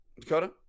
dakota